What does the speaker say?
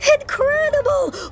Incredible